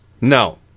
No